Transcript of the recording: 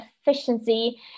efficiency